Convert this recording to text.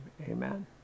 amen